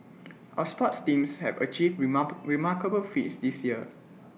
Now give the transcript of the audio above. our sports teams have achieved remark remarkable feats this year